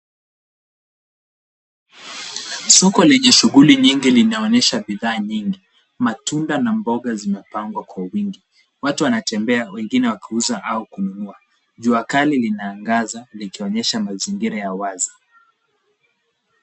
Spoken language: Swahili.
Soko lenye shughuli nyingi linaonyesha bidhaa nyingi. Matunda na mboga zimepangwa kwa wingi. Watu wanatembea wengine wakiuza au kununua. Jua kali linaangaza likionyesha mazingira ya wazi.